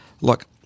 Look